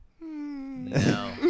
No